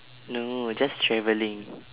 no just travelling